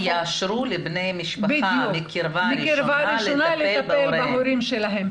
שיאשרו לבני משפחה מקרבה ראשונה לטפל בהוריהם.